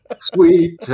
sweet